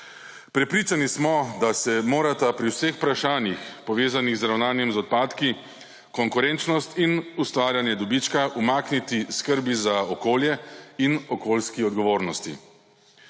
Prepričani smo, da se morata pri vseh vprašanjih, povezanih z ravnanjem z odpadki, konkurenčnost in ustvarjanje dobička umakniti skrbi za okolje in okoljski odgovornosti.